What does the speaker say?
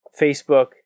Facebook